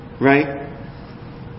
Right